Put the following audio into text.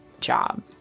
job